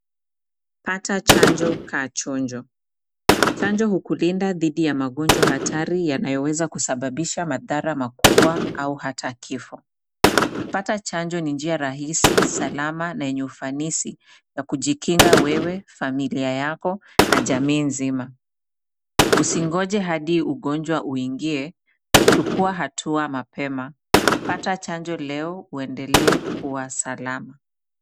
Pata chanjo kaa chonjo. Chanjo hukulinda dhidi ya magonjwa hatari yanayoweza kusababisha madhara makubwa au hata kifo. Pata chanjo ni njia rahisi, salama na yenye ufanisi ya kujikinga wewe, familia yako na jamii mzima. Usingoje hadi ugonjwa uingie chukua hatua mapema. Pata chanjo leo uendelee kuwa salama.